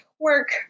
work